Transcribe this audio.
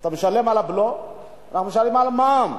אתה משלם את הבלו ומשלם את המע"מ.